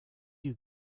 you